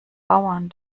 bauern